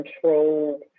controlled